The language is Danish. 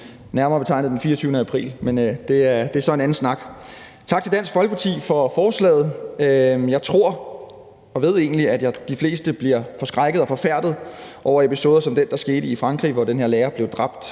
nærmere betegnet den 24. april, men det er så en anden snak. Tak til Dansk Folkeparti for forslaget. Jeg tror eller ved egentlig, at de fleste bliver forskrækkede og forfærdede over episoder som den, der skete i Frankrig, hvor den her lærer blev dræbt